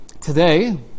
Today